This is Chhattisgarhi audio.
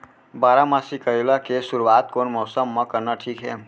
बारामासी करेला के शुरुवात कोन मौसम मा करना ठीक हे?